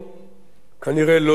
הוא כנראה לא יהיה מהיר,